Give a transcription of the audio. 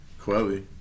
Quelly